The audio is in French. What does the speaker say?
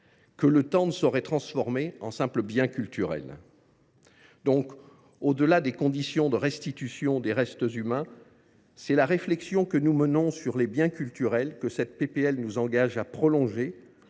que le temps ne saurait transformer en simples biens culturels. Au delà des conditions de restitution des restes humains, c’est la réflexion que nous menons sur les biens culturels que cette proposition de loi nous engage à prolonger,